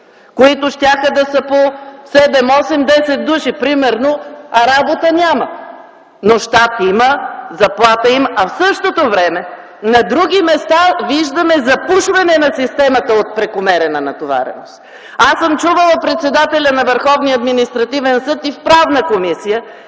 които щяха да са по 7, 8, 10 души, примерно, а работа няма. Но щат има, заплати има. А в същото време на други места виждаме запушване на системата от прекомерна натовареност. Аз съм чувала председателя на Правната комисия